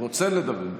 רוצה לדבר.